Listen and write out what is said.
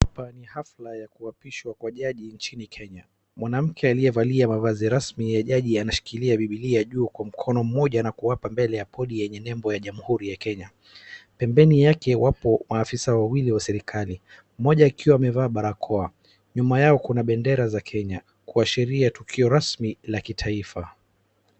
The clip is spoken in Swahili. Hapa ni hafla ya kuapishwa kwa jaji nchini Kenya. Mwanamke aliyevalia mavazi rasmi ya jaji anashikilia Biblia juu kwa mkono mmoja na kuapa mbele ya podi yenye nembo ya Jamuhuri ya Kenya. Pembeni yake wapo maafisa wawili wa serikali mmoja akiwa amevaa barakoa. Nyuma yao kuna bendera ya Kenya kuashiria tukio rasmi la kitaifa.